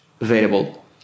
available